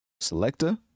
selector